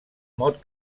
mot